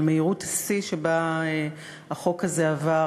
על מהירות השיא שבה החוק הזה עבר,